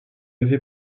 avait